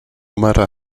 matter